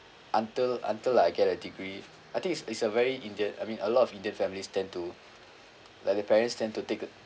until until I get a degree I think it's it's a very india~ I mean a lot of indian families tend to like the parents tend to take t~